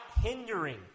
hindering